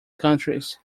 countries